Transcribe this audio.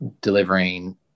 delivering